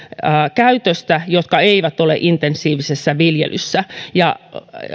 jotka eivät ole intensiivisessä viljelyssä